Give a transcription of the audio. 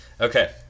Okay